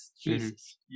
jesus